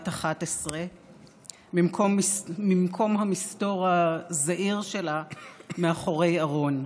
11 ממקום המסתור הזעיר שלה מאחורי ארון.